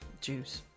juice